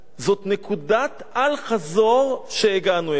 זו נקודת אל-חזור שהגענו אליה.